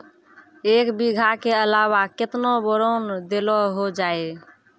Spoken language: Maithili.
एक बीघा के अलावा केतना बोरान देलो हो जाए?